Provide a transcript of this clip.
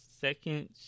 second